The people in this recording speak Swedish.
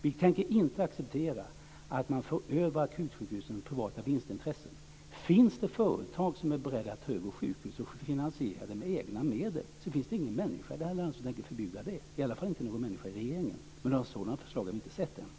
Vi tänker inte acceptera att man för över akutsjukhusen till privata vinstintressen. Finns det företag som är beredda att ta över sjukhus och finansiera dem med egna medel så finns det ingen människa i det här landet som tänker förbjuda det - i alla fall inte någon människa i regeringen. Men något sådant förslag har vi inte sett än.